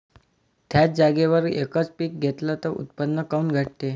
थ्याच जागेवर यकच पीक घेतलं त उत्पन्न काऊन घटते?